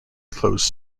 closed